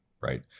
Right